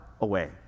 away